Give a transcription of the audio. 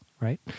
right